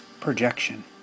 Projection